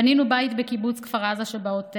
בנינו את ביתנו בקיבוץ כפר עזה שבעוטף,